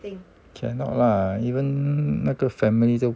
cannot lah even 那个 family 都